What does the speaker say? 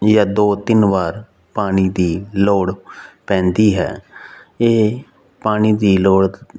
ਜਾਂ ਦੋ ਤਿੰਨ ਵਾਰ ਪਾਣੀ ਦੀ ਲੋੜ ਪੈਂਦੀ ਹੈ ਇਹ ਪਾਣੀ ਦੀ ਲੋੜ